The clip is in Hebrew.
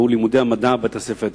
והוא לימודי המדע בבית-הספר התיכון.